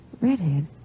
Redhead